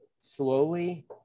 slowly